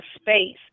space